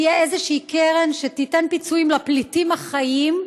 תהיה איזושהי קרן שתיתן פיצויים לפליטים החיים,